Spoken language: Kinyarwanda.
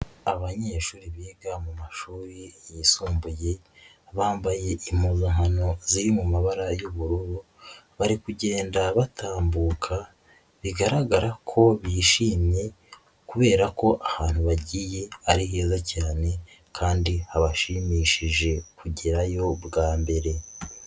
Abanyeshuri biga mumashuri yisumbuye, bambaye impuzankano ziri mumabara y'ubururu, bari kugenda batambuka, bigaragara ko bishimye kubera ko ahantu bagiye ari hera cyane kandi habashimishije kugerayo bwa mbere.